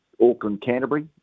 Auckland-Canterbury